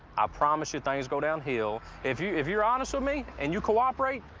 i promise you, things go downhill. if you, if you're honest with me, and you cooperate,